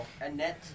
Annette